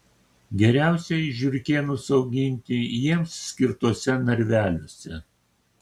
geriausiai žiurkėnus auginti jiems skirtuose narveliuose